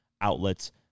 outlets